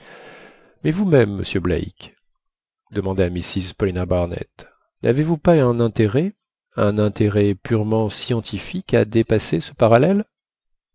mais vous-même monsieur black demanda mrs paulina barnett n'avez-vous pas un intérêt un intérêt purement scientifique à dépasser ce parallèle